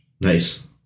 nice